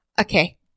Okay